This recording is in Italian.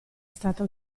stata